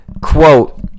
quote